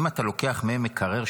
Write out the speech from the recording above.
אם אתה לוקח מהם מקרר,